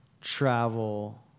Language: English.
travel